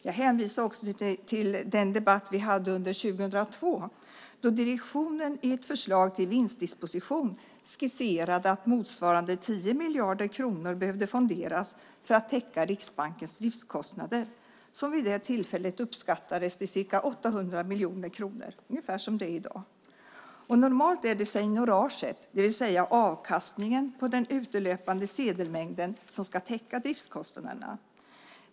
Jag hänvisade också till den debatt vi hade under 2002 då direktionen i ett förslag till vinstdisposition skisserade att motsvarande 10 miljarder kronor behövde fonderas för att täcka Riksbankens driftskostnader som vid det tillfället uppskattades till ca 800 miljoner kronor - ungefär som de är i dag. Normalt är det seignoraget, det vill säga avkastningen på den utelöpande sedelmängden, som ska täcka driftskostnaderna.